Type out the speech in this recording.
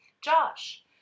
Josh